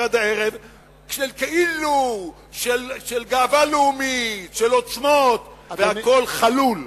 כאילו של גאווה לאומית, של עוצמות, והכול חלול.